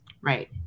Right